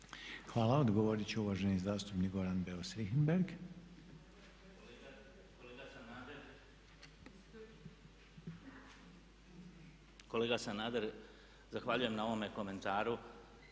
Hvala odgovoriti će uvaženi zastupnik Goran Beus Richembergh.